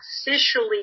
officially